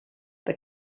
the